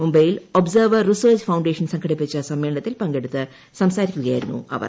മുംബൈയിൽ observer research foundation സംഘടിപ്പിച്ച സമ്മേളനത്തിൽ പങ്കെടുത്ത് സംസാരിക്കുകയായിരുന്നു അവർ